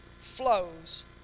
flows